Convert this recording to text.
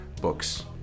Books